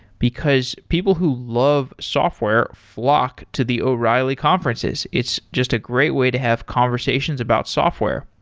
because people who love software flock to the o'reilly conferences. it's just a great way to have conversations about software.